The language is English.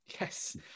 Yes